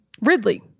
Ridley